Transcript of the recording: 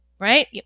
right